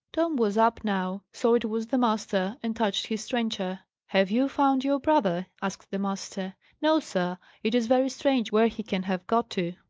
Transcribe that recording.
tom was up now, saw it was the master, and touched his trencher. have you found your brother? asked the master. no, sir. it is very strange where he can have got to.